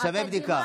שווה בדיקה.